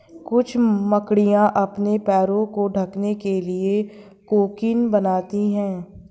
कुछ मकड़ियाँ अपने पैरों को ढकने के लिए कोकून बनाती हैं